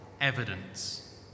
evidence